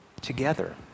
together